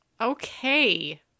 Okay